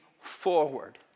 forward